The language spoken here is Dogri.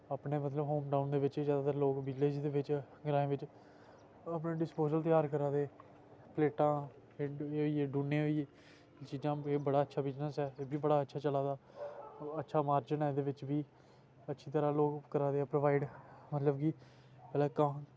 आपनै मतलब होम टाउन दे बिच गै जैदातर लोग विलेज़ दे बिच ग्राएं बिच अपने डिस्पोज़ल त्यार करै दे पलेटां एह् होई गे डूने होई गे चीजां एह् बड़ा अच्छा बिज़नस ऐ एह्बी बड़ा अच्छा चला दा अच्छा मारजन ऐ एह्दे बिच बी अच्छी तरां करा दे लोग प्रोवाईड़ मतलव कि कम्म